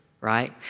right